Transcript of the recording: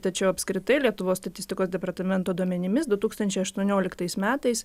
tačiau apskritai lietuvos statistikos departamento duomenimis du tūkstančiai aštuonioliktais metais